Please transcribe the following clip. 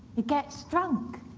he gets drunk,